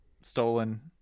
stolen